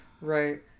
Right